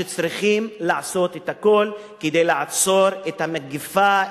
שצריכה לעשות את הכול כדי לעצור את המגפה,